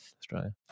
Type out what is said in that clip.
Australia